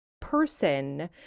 person